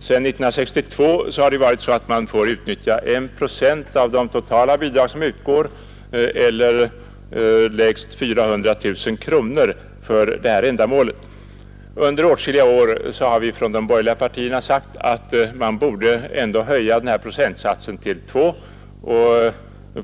Sedan 1962 har det varit så att man får utnyttja 1 procent av det totala bidrag som utgår, eller högst 400 000 kronor, för detta ändamål. Under åtskilliga år har vi från de borgerliga partiernas sida sagt att man borde höja procentsatsen till 2 procent,